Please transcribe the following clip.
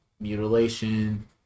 mutilation